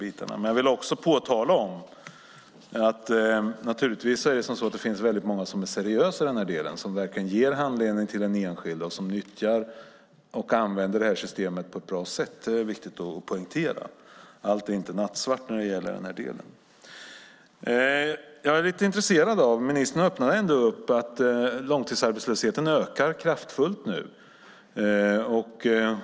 Jag vill också påpeka att det naturligtvis finns väldigt många som är seriösa och som verkligen ger handledning till den enskilde och som nyttjar och använder systemet på ett bra sätt. Det är viktigt att poängtera; allt är inte nattsvart. Ministern öppnar ändå upp och säger att långtidsarbetslösheten ökar kraftfullt nu.